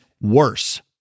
worse